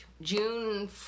June